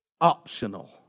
optional